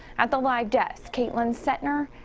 at the live desk. caitlin centner.